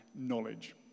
knowledge